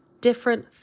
different